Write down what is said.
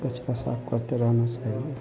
कचरा साफ करते रहना चाहिए